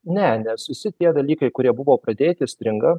ne nes visi tie dalykai kurie buvo pradėti stringa